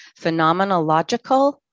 phenomenological